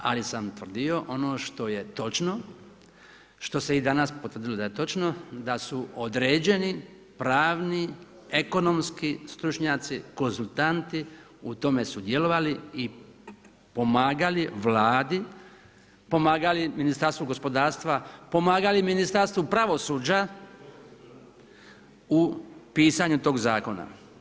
Ali, sam tvrdio ono što je točno, što se i danas potvrdilo da je točno, da su određeni pravni, ekonomski stručnjaci, konzultanti u tome su djelovali i pomagali Vladi, pomagali Ministarstvu gospodarstva, pomagali Ministarstvu pravosuđa u pisanju tog zakona.